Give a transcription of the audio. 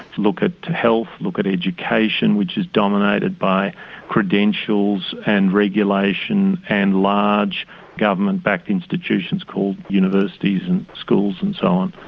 look ah at health, look at education which is dominated by credentials and regulation and large government backed institutions called universities and schools and so on.